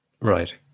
Right